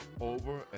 over